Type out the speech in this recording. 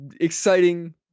exciting